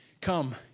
come